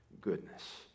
goodness